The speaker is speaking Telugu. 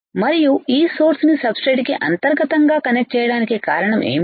మరియు ఈ సోర్స్ ని సబ్ స్ట్రేట్ కి అంతర్గతం గా కనెక్ట్ చేయడానికి కారణం ఏమిటి